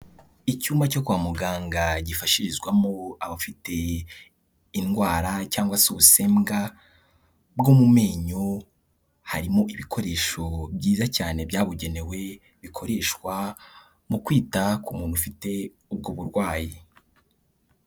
Icyumba cyo kwa muganga gifashirizwamo abafite indwara cyangwa se ubusembwa bwo mu menyo, harimo ibikoresho byiza cyane byabugenewe, bikoreshwa mu kwita ku muntu ufite ubwo burwayi.